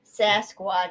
sasquatch